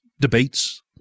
debates